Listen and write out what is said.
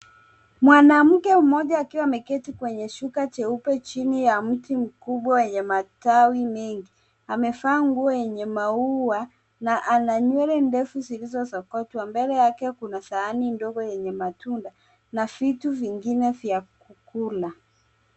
Mwanamke mmoja akiwa ameketi kwenye shuka jeupe chini ya mti mkubwa wenye matawi mengi. Amevaa nguo yenye maua na ana nywele ndefu zilizosokotwa. Mbele yake kuna sahani ndogo yenye matunda na vitu vingine vya kukula.